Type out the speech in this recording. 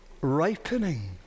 ripening